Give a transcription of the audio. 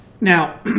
now